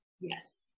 Yes